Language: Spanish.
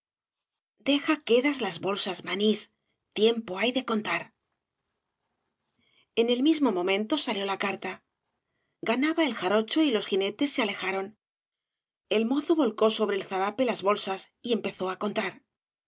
deja quedas las bolsas manís tiempo hay de contar en el mismo momento salió la carta ganaba el jarocho y los jinetes se alejaron el mozo volcó sobre el zarape las bolsas y empezó á contar